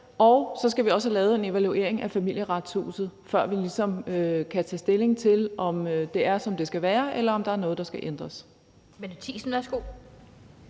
og så skal vi også have lavet en evaluering af Familieretshuset, før vi ligesom kan tage stilling til, om det er, som det skal være, eller om der er noget, der skal ændres. Kl. 17:24 Den fg.